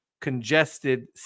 congested